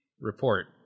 report